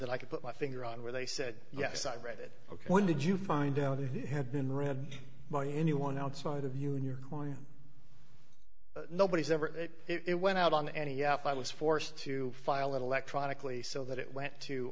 that i could put my finger on where they said yes i've read it ok when did you find out that he had been read by anyone outside of you and your client nobody's ever it it went out on the n e f i was forced to file electronically so that it went to